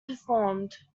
performed